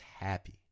happy